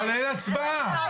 אבל אין עדיין הצבעה.